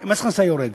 מס ההכנסה יורד.